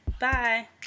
Bye